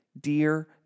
Dear